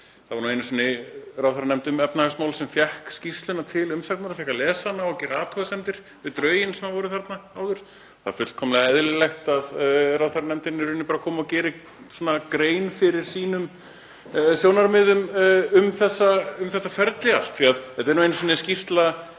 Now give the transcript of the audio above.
Það var nú einu sinni ráðherranefnd um efnahagsmál sem fékk skýrsluna til umsagnar, fékk að lesa hana og gera athugasemdir við drögin sem voru þarna áður. Það er fullkomlega eðlilegt að ráðherranefndin komi og geri grein fyrir sínum sjónarmiðum um þetta ferli allt því að þetta er nú einu sinni skýrsla